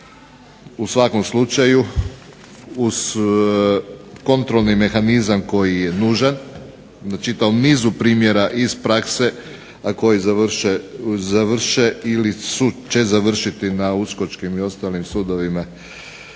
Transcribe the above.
u svakom slučaju uz kontrolni mehanizam koji je nužan, na čitavom nizu primjera iz prakse, a koji završe ili će završiti na Uskočkim i ostalim sudovima,